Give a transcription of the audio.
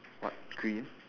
what green